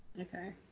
Okay